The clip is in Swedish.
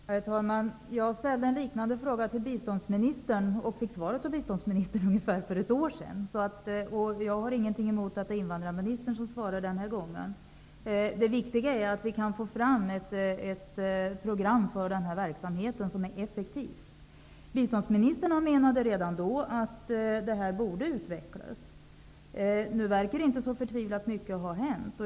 Herr talman! Jag ställde en liknande fråga till biståndsministern för ungefär ett år sedan och fick svar av honom. Jag har ingenting emot att det är invandrarministern som svarar den här gången. Det viktiga är att vi får fram ett effektivt program för denna verksamhet. Biståndsministern menade redan då att detta borde utvecklas. Nu verkar det som om inte särskilt mycket har hänt.